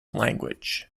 language